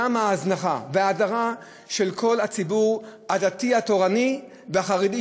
גם על ההזנחה וההדרה של כל הציבור הדתי-התורני והחרדי,